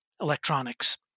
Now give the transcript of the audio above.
electronics